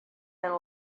been